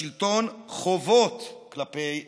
לשלטון חובות כלפי אזרחיו.